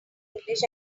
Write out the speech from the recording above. english